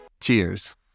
Cheers